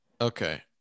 Okay